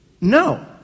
No